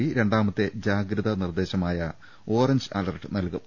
B രണ്ടാമത്തെ ജാഗ്രതാ നിർദ്ദേശമായ ഓറഞ്ച് അലർട്ട് നൽകും